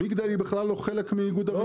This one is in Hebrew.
מגדל היא בכלל לא חלק מאיגוד ערים כנרת.